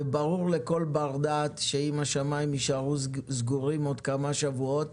ברור לכל בר-דעת שאם השמים יישארו סגורים עוד כמה שבועות